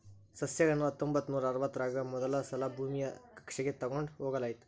ಸಸ್ಯಗಳನ್ನ ಹತ್ತೊಂಬತ್ತನೂರಾ ಅರವತ್ತರಾಗ ಮೊದಲಸಲಾ ಭೂಮಿಯ ಕಕ್ಷೆಗ ತೊಗೊಂಡ್ ಹೋಗಲಾಯಿತು